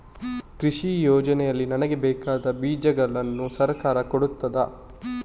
ಕೃಷಿ ಯೋಜನೆಯಲ್ಲಿ ನನಗೆ ಬೇಕಾದ ಬೀಜಗಳನ್ನು ಸರಕಾರ ಕೊಡುತ್ತದಾ?